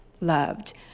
loved